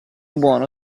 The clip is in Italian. buono